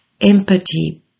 empathy